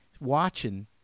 watching